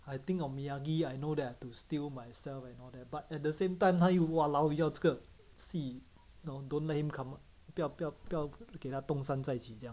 I think of miyagi I know that I have to steal myself and all that but at the same time 他又 !walao! 要这个戏 know don't let him come 不要不要不要给他东山再起这样